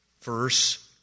verse